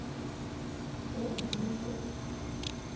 ᱚ ᱱᱤᱭᱟᱹ